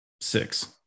six